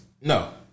No